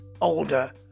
older